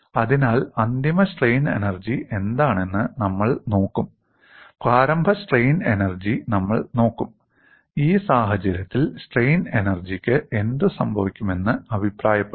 അതിനാൽ അന്തിമ strain energy എന്താണെന്ന് നമ്മൾ നോക്കും പ്രാരംഭ സ്ട്രെയിൻ എനർജി നമ്മൾ നോക്കും ഈ സാഹചര്യത്തിൽ സ്ട്രെയിൻ എനർജിക്ക് എന്ത് സംഭവിക്കുമെന്ന് അഭിപ്രായപ്പെടും